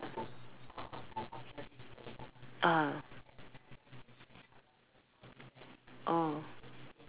ah oh